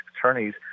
attorneys